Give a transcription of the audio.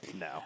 No